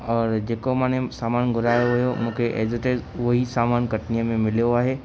और जेको माने सामान घुरायो हुयो मूंखे एज इट इज उहो ई सामान कटनीअ में मिलियो आहे